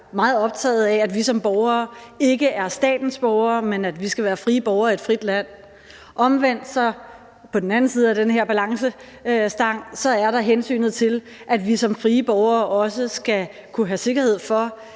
meget optaget af, at vi som borgere ikke er statens borgere, men at vi skal være frie borgere i et frit land – og at der på den anden side af den her balancestang er hensynet til, at vi som frie borgere også skal kunne have sikkerhed for,